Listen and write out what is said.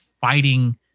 fighting